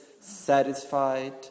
satisfied